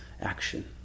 action